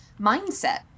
mindset